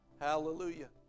Hallelujah